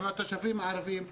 עם התושבים הערבים,